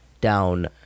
down